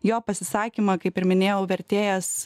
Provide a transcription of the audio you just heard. jo pasisakymą kaip ir minėjau vertėjas